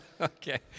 Okay